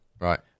Right